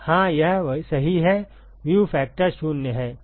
हाँ यह सही है व्यू फ़ैक्टर 0 है